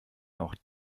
auch